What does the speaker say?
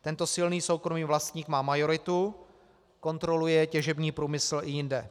Tento silný soukromý vlastník má majoritu, kontroluje těžební průmysl i jinde.